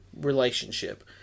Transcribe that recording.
relationship